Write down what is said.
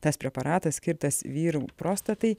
tas preparatas skirtas vyrų prostatai